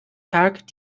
tag